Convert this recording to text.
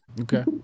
Okay